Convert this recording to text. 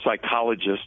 psychologist